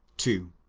to